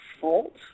fault